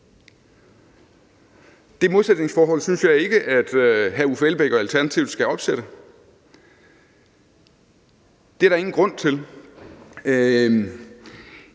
Det modsætningsforhold synes jeg ikke at hr. Uffe Elbæk og Alternativet skal opsætte. Det er der ingen grund til.